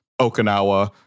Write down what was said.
Okinawa